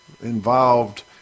involved